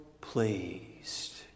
pleased